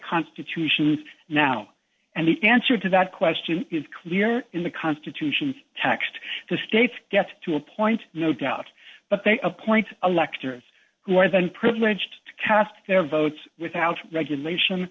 constitution's now and the answer to that question it's clear in the constitution text the states get to appoint no doubt but they appoint electors who are then privileged to cast their votes without regulation